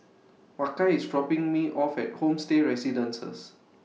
Makai IS dropping Me off At Homestay Residences